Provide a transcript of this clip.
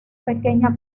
pequeña